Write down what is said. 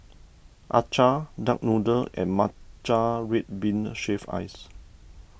Acar Duck Noodle and Matcha Red Bean Shaved Ice